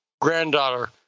granddaughter